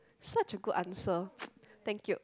such a good answer thank you